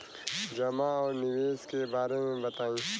जमा और निवेश के बारे मे बतायी?